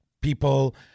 people